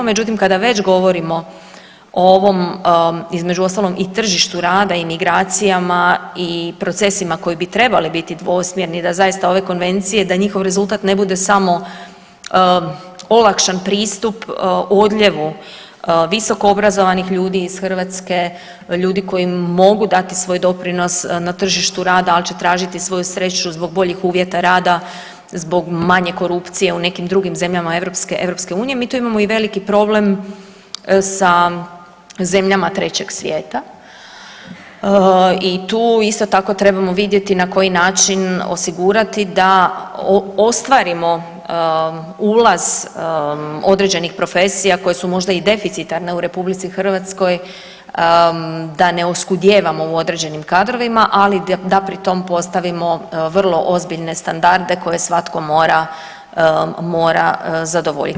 Međutim, kada već govorimo o ovom između ostalog i tržištu rada i migracijama i procesima koji bi trebali biti dvosmjerni da zaista ove konvencije da njihov rezultat ne bude samo olakšan pristup odljevu visokoobrazovanih ljudi iz Hrvatske, ljudi koji moju mogu dati svoj doprinos na tržištu rada, ali će tražiti svoju sreću zbog boljih uvjeta rada, zbog manje korupcije u nekim drugim zemljama EU, mi tu imamo i veliki problem sa zemljama trećeg svijeta i tu isto tako trebamo vidjeti na koji način osigurati da ostvarimo ulaz određenih profesija koje su možda i deficitarne u RH da ne oskudijevamo u određenim kadrovima, ali da pri tom postavimo vrlo ozbiljne standarde koje svatko mora zadovoljiti.